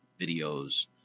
videos